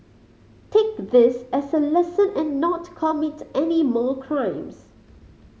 take this as a lesson and not commit any more crimes